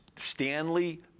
Stanley